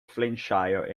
flintshire